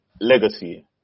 legacy